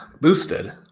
boosted